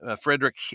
Frederick